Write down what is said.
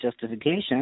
justification—